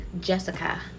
jessica